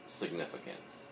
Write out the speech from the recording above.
significance